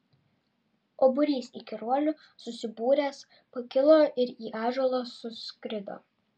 o būrys įkyruolių susibūręs pakilo ir į ąžuolą suskrido